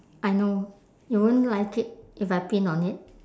I know you won't like it if I pin on it